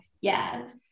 Yes